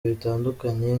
bitandukanye